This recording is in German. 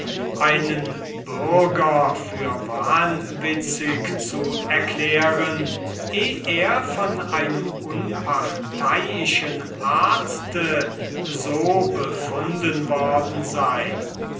einen bürger für wahnwitzig zu erklären eh er von einem unparteiischen arzte so befunden worden sei